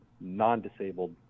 non-disabled